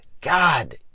God